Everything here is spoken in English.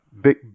big